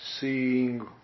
seeing